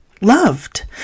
loved